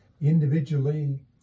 individually